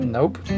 Nope